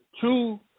two